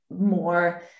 more